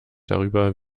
darüber